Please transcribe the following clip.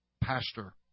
Pastor